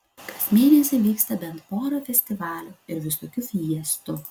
kas mėnesį vyksta bent pora festivalių ir visokių fiestų